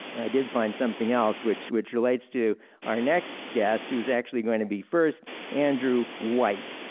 i did find something else, which which relates to our next guest, who is actually going to be first andrew white,